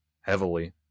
heavily